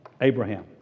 Abraham